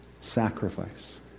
sacrifice